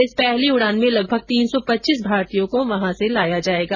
इस पहली उड़ान में लगभग तीन सौ पच्चीस भारतीयों को वहां से लाया जाएगा